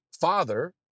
father